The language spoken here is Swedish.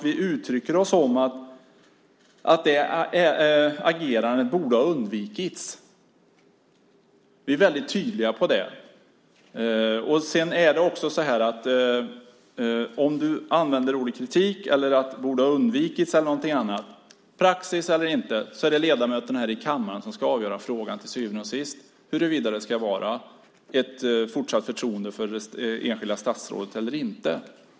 Vi uttrycker oss ju om att det agerandet borde ha undvikits. Vi är väldigt tydliga om det. Om du använder ordet "kritik" eller talar om "borde ha undvikits" till exempel så är det - praxis eller inte - ledamöterna i denna kammare som till syvende och sist ska avgöra huruvida det ska vara fortsatt förtroende för det enskilda statsrådet eller inte.